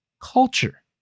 culture